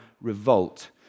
revolt